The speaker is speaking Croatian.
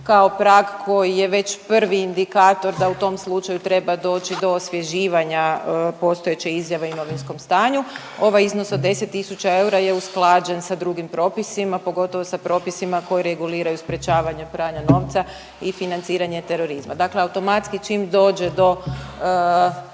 kao prag koji je već prvi indikator da u tom slučaju treba doći do osvježivanja postojeće izjave o imovinskom stanju. Ovaj iznos od 10 tisuća eura je usklađen sa drugim propisima, pogotovo sa propisima koji reguliraju sprječavanje pranja novca i financiranje terorizma, dakle automatski čim dođe do,